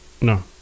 No